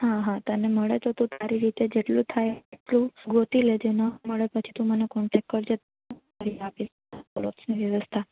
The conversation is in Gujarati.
હા હા તને મળે તો તું તારી રીતે જેટલું થાય એટલું ગોતી લેજે ન મળે તો પછી તું મને કોન્ટેક્ટ કરજે હું કરી આપીશ ક્લોથ્સની વ્યવસ્થા